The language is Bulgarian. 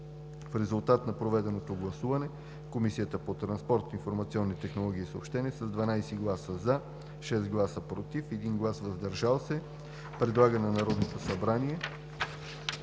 В резултат на проведеното гласуване Комисията по транспорт, информационни технологии и съобщения с 12 гласа „за”, 6 гласа „против“ и 1 глас „въздържал се“ предлага на Народното събрание